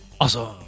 Awesome